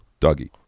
Dougie